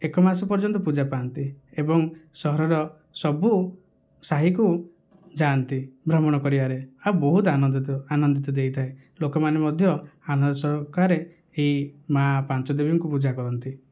ଏକ ମାସ ପର୍ଯ୍ୟନ୍ତ ପୂଜା ପାଆନ୍ତି ଏବଂ ସହରର ସବୁ ସାହିକୁ ଯାଆନ୍ତି ଭ୍ରମଣ କରିବାରେ ଆଉ ବହୁତ ଆନନ୍ଦ ଆନନ୍ଦିତ ଦେଇଥାଏ ଲୋକମାନେ ମଧ୍ୟ ଆନନ୍ଦସହକାରେ ଏଇ ମା ପାଞ୍ଚଦେବୀଙ୍କୁ ପୂଜା କରନ୍ତି